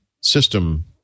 system